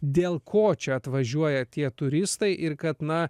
dėl ko čia atvažiuoja tie turistai ir kad na